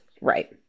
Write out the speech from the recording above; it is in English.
Right